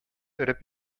эреп